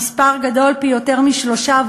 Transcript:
המספר גדול יותר מפי-שלושה,